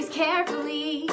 carefully